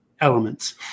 elements